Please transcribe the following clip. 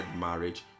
marriage